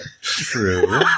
True